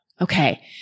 Okay